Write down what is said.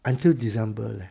until december leh